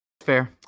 Fair